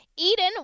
Eden